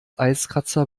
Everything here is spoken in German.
eiskratzer